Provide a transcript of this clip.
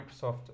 Microsoft